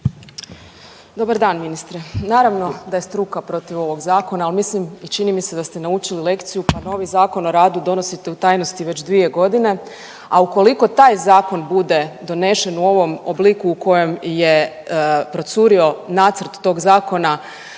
Dobar dan ministre. Naravno da je struka protiv ovog zakona, ali mislim i čini mi se da ste naučili lekciju pa novi Zakon o radu donosite u tajnosti već 2 godine, a ukoliko taj zakon bude donesen u ovom obliku u kojem je procurio nacrt tog zakona